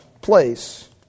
place